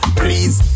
please